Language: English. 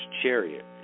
chariot